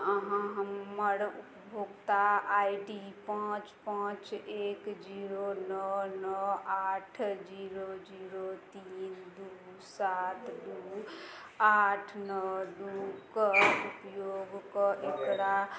अहाँ हमर उपभोक्ता आइ डी पाँच पाँच एक जीरो नओ नओ आठ जीरो जीरो तीन दुइ सात दुइ आठ नओ दुइके उपयोग कऽ एकरा